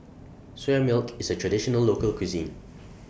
Soya Milk IS A Traditional Local Cuisine